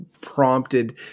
prompted